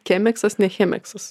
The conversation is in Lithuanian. kemeksas ne chemeksas